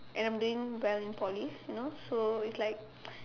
and I'm doing well in Poly you know so it's like